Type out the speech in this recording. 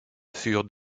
furent